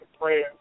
prayer